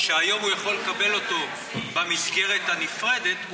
שהיום הוא יכול לקבל במסגרת הנפרדת,